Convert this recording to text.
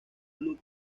club